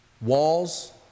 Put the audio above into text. walls